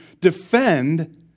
defend